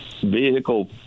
Vehicle